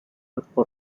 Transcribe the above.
cuerpo